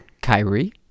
Kyrie